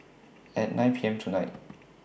At nine P M tonight